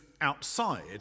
outside